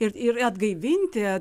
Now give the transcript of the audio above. ir ir atgaivinti